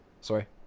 Sorry